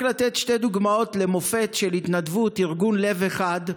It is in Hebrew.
רק לתת שתי דוגמאות למופת של התנדבות: ארגון לב אחד,